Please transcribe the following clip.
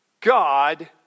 God